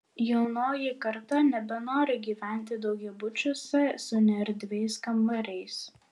jaunoji karta nebenori gyventi daugiabučiuose su neerdviais kambariais